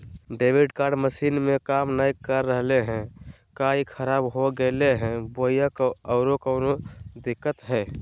Debit card machine में काम नाय कर रहले है, का ई खराब हो गेलै है बोया औरों कोनो दिक्कत है?